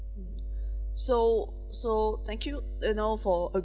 mm so so thank and all for